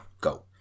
Go